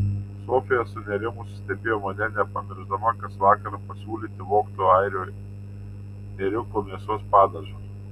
sofija sunerimusi stebėjo mane nepamiršdama kas vakarą pasiūlyti vogto airių ėriuko mėsos padažo